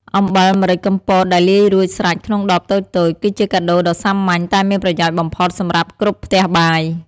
អំបិលម្រេចកំពតដែលលាយរួចស្រេចក្នុងដបតូចៗ គឺជាកាដូដ៏សាមញ្ញតែមានប្រយោជន៍បំផុតសម្រាប់គ្រប់ផ្ទះបាយ។